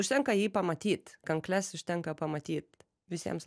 užtenka jį pamatyt kankles užtenka pamatyt visiems